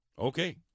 okay